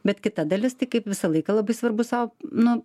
bet kita dalis tik kaip visą laiką labai svarbu sau nu